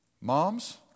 Moms